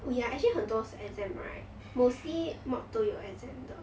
oh ya actually 很多是 exam right mostly mod 都有 exam 的